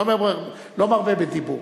לא מרבה בדיבור.